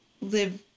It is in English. live